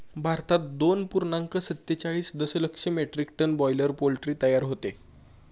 भारतात दोन पूर्णांक सत्तेचाळीस दशलक्ष मेट्रिक टन बॉयलर पोल्ट्री तयार होते